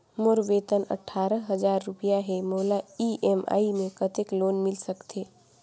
मोर वेतन अट्ठारह हजार रुपिया हे मोला ई.एम.आई मे कतेक लोन मिल सकथे?